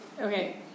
Okay